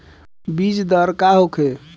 बीजदर का होखे?